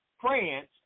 France